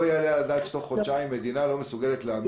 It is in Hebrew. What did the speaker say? לא יעלה על הדעת שתוך חודשיים מדינה לא מסוגלת להעמיד